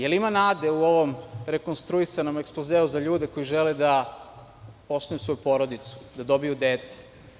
Da li ima nade u ovom rekonstruisanom ekspozeu za ljude koji žele da osnuju svoju porodicu, da dobiju dete?